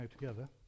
together